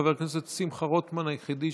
חבר הכנסת שמחה רוטמן, היחיד שרשום,